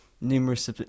numerous